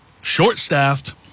short-staffed